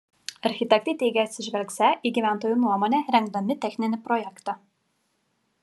architektai teigė atsižvelgsią į gyventojų nuomonę rengdami techninį projektą